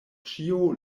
ĉio